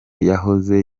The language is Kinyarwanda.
yahoze